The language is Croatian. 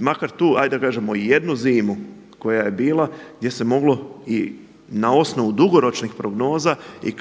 makar tu hajde da kažemo jednu zimu koja je bila, gdje se moglo i na osnovu dugoročnih prognoza i